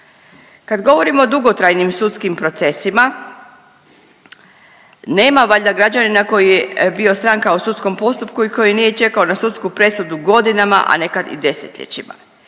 Kad govorimo o dugotrajnim sudskim procesima nema valjda građanina koji je bio stranka u sudskom postupku i koji nije čekao na sudsku presudu godinama, a nekad i desetljećima.